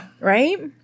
Right